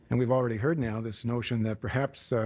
and we've already heard now this notion that perhaps